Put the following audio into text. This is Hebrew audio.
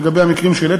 לגבי המקרים שהעלית,